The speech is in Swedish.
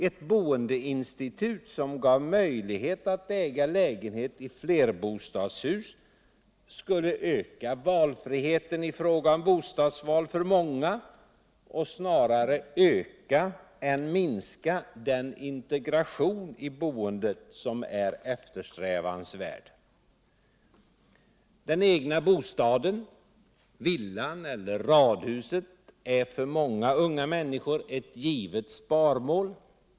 Ett boendeinstitut, som gav möjlighet att äga lägenhet i flerbostadshus, skulle öka valfriheten i fråga om bostadsval för många och snarare öka än minska den integration i boendet som är eftersträvansvärd. Den egna bostaden - villan eller radhuset — är för många unga människor ett givet sparmål.